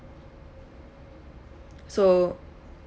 so